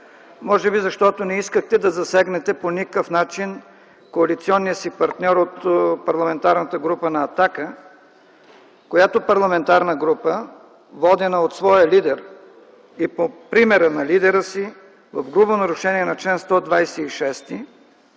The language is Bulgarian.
Може би защото не искахте да се противопоставите на коалиционния си партньор от Парламентарната група на „Атака”, която парламентарна група, водена от своя лидер и по примера на лидера си в грубо нарушение на чл. 126